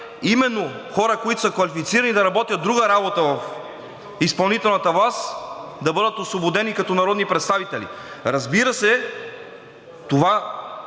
именно хора, които са квалифицирани да работят друга работа в изпълнителната власт, да бъдат освободени като народни представители. Разбира се, това не